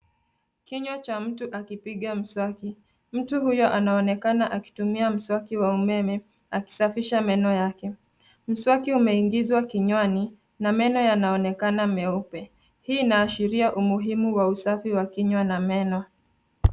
Kinywa cha mtu akipiga mswaki mtu huyo anaonekana akitumia mswaki wa umeme akisafisha meno yake, mswaki umeingizwa kinywani na meno yanaonekana meupe hii inaashiria umuhimu wa usafi wa kinywa na meno.